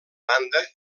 banda